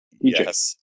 Yes